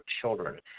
children